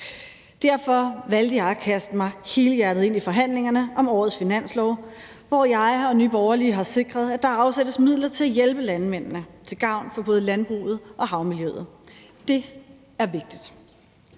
Derfor valgte jeg at kaste mig helhjertet ind i forhandlingerne om årets finanslov, hvor jeg og Nye Borgerlige har sikret, at der afsættes midler til at hjælpe landmændene til gavn for både landbruget og havmiljøet. Det er vigtigt.